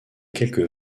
quelques